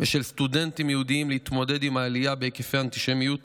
ושל סטודנטים יהודים להתמודד עם העלייה בהיקפי האנטישמיות